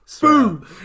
Boom